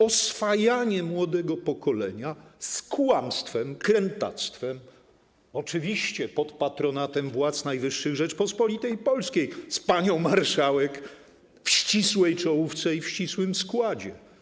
Oswajanie młodego pokolenia z kłamstwem, krętactwem, oczywiście pod patronatem władz najwyższych Rzeczypospolitej Polskiej z panią marszałek w ścisłej czołówce i w ścisłym składzie.